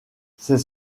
c’est